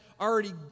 already